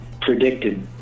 predicted